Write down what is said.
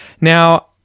Now